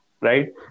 right